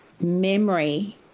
memory